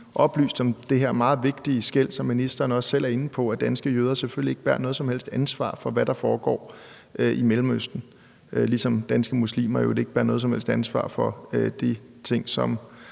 oplyst om den her meget vigtige skelnen, som ministeren også selv er inde på, nemlig at danske jøder selvfølgelig ikke bærer noget som helst ansvar for, hvad der foregår i Mellemøsten, ligesom danske muslimer i øvrigt ikke bærer noget som helst ansvar for de ting, som